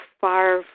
far